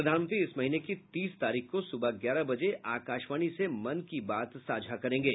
प्रधानमंत्री इस महीने की तीस तारीख को सुबह ग्यारह बजे आकाशवाणी से मन की बात साझा करेंगे